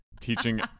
teaching